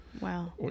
Wow